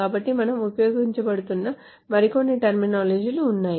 కాబట్టి మనం ఉపయోగించబోతున్న మరికొన్ని టెర్మినాలజీ లు ఉన్నాయి